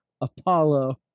Apollo